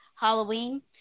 Halloween